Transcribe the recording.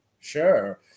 Sure